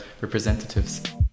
representatives